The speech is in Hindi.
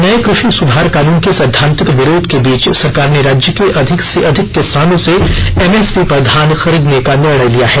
नये कृषि सुधार कानून के सैद्वांतिक विरोध के बीच सरकार ने राज्य के अधिक से अधिक किसानों से एमएसपी पर धान खरीदने का निर्णय लिया है